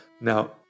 Now